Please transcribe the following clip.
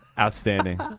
outstanding